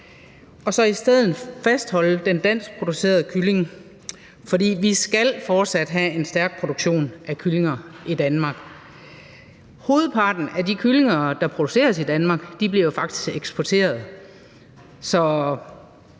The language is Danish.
og så i stedet fastholde den danskproducerede kylling. For vi skal fortsat have en stærk produktion af kyllinger i Danmark. Hovedparten af de kyllinger, der produceres i Danmark, bliver jo faktisk eksporteret,